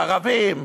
לערבים.